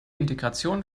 integration